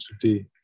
today